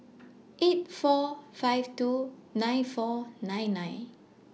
eight four five two nine four nine nine